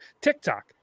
TikTok